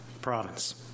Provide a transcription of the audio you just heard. province